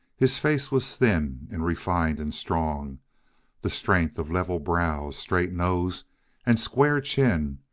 his face was thin, and refined, and strong the strength of level brows, straight nose and square chin,